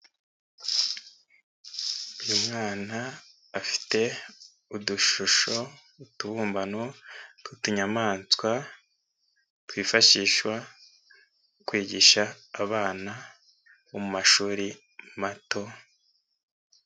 Uyu mwana afite udushusho, utubumbano tw'utunyamaswa, twifashishwa mu kwigisha abana mashuri mato.